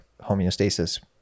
homeostasis